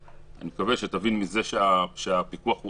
ואני מקווה שמזה אתה תבין שהפיקוח על המשטרה